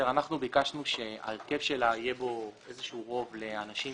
אנחנו ביקשנו שההרכב שלה יהיה בו איזשהו רוב לאנשים